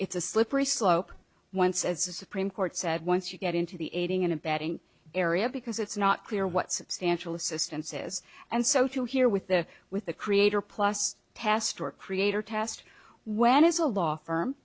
it's a slippery slope once as the supreme court said once you get into the aiding and abetting area because it's not clear what substantial assistance is and so to here with the with the creator plus pastore creator test when is a law firm